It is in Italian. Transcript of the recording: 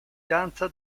danza